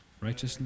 righteousness